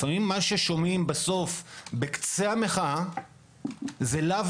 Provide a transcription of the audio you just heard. לפעמים מה ששומעים בקצה המחאה זה לאו